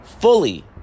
fully